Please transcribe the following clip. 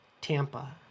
Tampa